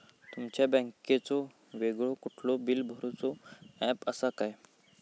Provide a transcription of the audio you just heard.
तुमच्या बँकेचो वेगळो कुठलो बिला भरूचो ऍप असा काय?